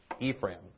Ephraim